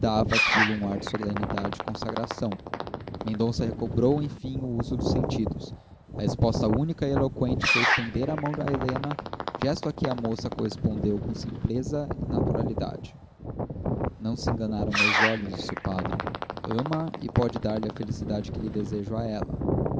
aquilo um ar de solenidade e consagração mendonça recobrou enfim o uso dos sentidos a resposta única e eloqüente foi estender a mão a helena gesto a que a moça correspondeu com simpleza e naturalidade não se enganaram meus olhos disse o padre ama a e pode dar-lhe a felicidade que lhe desejo a ela